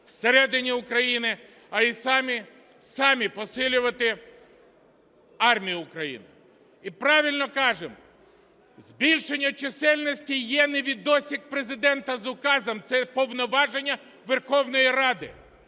всередині України, а і самі посилювати армію України. І правильно кажемо: збільшення чисельності є не "відосик" Президента з указом, це повноваження Верховної Ради.